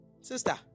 Sister